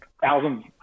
thousands